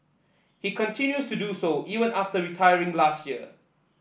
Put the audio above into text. he continues to do so even after retiring last year